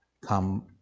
come